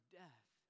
death